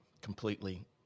completely